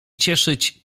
cieszyć